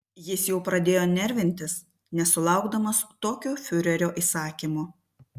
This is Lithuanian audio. jis jau pradėjo nervintis nesulaukdamas tokio fiurerio įsakymo